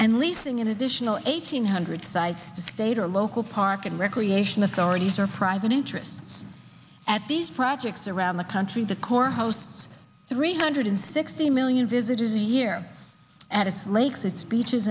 and leasing an additional eight hundred sites the state or local park and recreation authorities or private interests at these projects around the country the core hosts three hundred sixty million visitors a year at its lakes its beaches